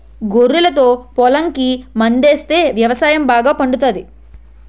గొర్రెలతో పొలంకి మందాస్తే వ్యవసాయం బాగా పండుతాది